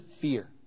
fear